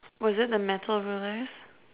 was it the metal rulers